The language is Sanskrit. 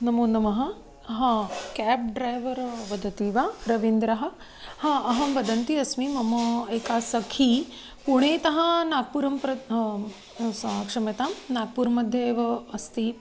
नमो नमः केब् ड्रैवर् वदति वा रविन्द्रः अहं वदन्ती अस्मि मम एका सखी पुणेतः नाग्पुरं प्र सा क्षम्यतां नाग्पूर् मध्ये एव अस्ति